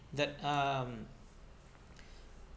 that um